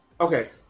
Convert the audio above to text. okay